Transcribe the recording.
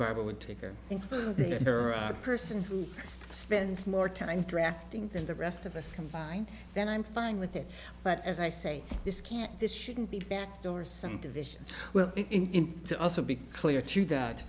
barbara would take her including her a person who spends more time tracting than the rest of us combined then i'm fine with it but as i say this can't this shouldn't be back door some divisions well in to also be clear to that